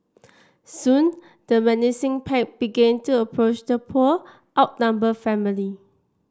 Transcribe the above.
soon the menacing pack began to approach the poor outnumbered family